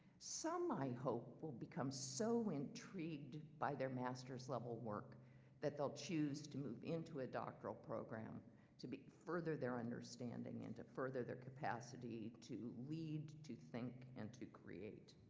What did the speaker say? some, i hope, will become so intrigued by their master's level work that they'll choose to move into a doctoral program to further their understanding and to further their capacity to lead, to think and to create.